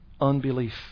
unbelief